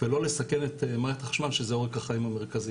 ולא לסכן את מערכת החשמל שזה עורק החיים המרכזי.